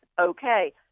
okay